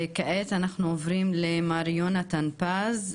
כעת אנחנו עוברים למר יונתן פז,